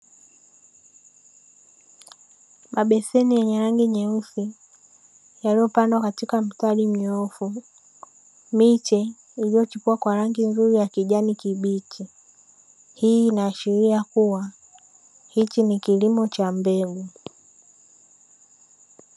Mabeseni yenye rangi nyeusi yaliopangwa katika mistari minyoofu. Miche iliyochipua kwa rangi nzuri ya kijani kibichi. Hii inaashiria kuwa hiki ni kilimo cha mbegu.